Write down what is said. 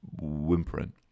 whimpering